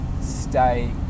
stay